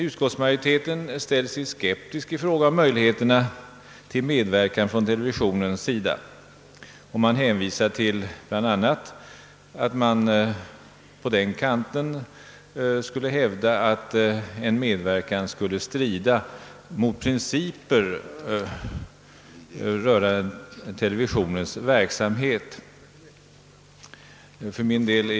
Utskottsmajoriteten ställer sig skeptisk i fråga om möjligheterna till medverkan från televisionens sida och hänvisar bl.a. till att man på den kanten skulle hävda att en sådan medverkan skulle strida mot principer rörande televisionens verksamhet.